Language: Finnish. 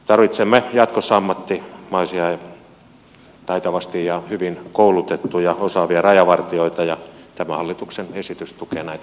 tarvitsemme jatkossa ammattimaisia ja taitavasti ja hyvin koulutettuja osaavia rajavartijoita ja tämä hallituksen esitys tukeneet